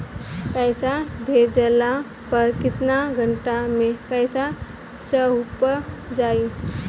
पैसा भेजला पर केतना घंटा मे पैसा चहुंप जाई?